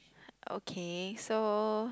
okay so